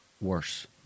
worse